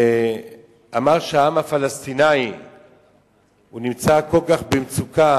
ואמר שהעם הפלסטיני נמצא כל כך במצוקה,